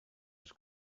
was